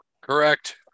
Correct